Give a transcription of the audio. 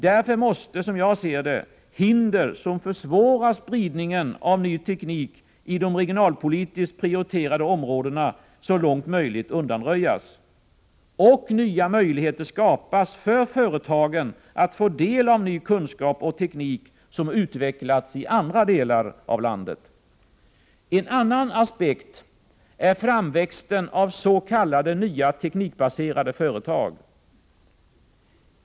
Därför måste, som jag ser det, hinder som försvårar spridning av ny teknik i de regionalpolitiskt prioriterade områdena så långt möjligt undanröjas och nya möjligheter skapas för företagen att få del av ny kunskap och teknik som utvecklats i andra delar av landet. En annan aspekt är framväxten av s.k. nya teknikbaserade företag.